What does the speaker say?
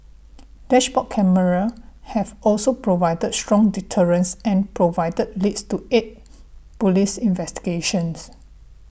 dashboard cameras have also provided strong deterrence and provided leads to aid police investigations